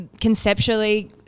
conceptually